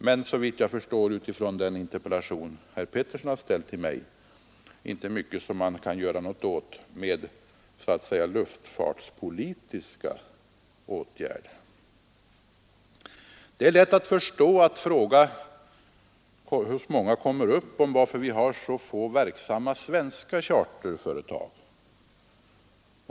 Men såvitt jag förstår, och utifrån denna interpellation som herr Petersson har ställt till mig, är det inte mycket att göra åt den saken med så att säga luftfartspolitiska åtgärder. Det är lätt att förstå att många människor ställer sig frågan varför vi har så få verksamma svenska charterföretag.